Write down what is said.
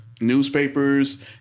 Newspapers